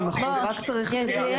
אמרתי את זה -- זה לא 50% רק צריך לדייק.